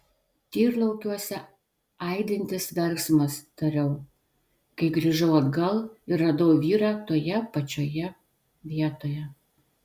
tyrlaukiuose aidintis verksmas tariau kai grįžau atgal ir radau vyrą toje pačioje vietoje